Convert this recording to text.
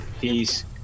Peace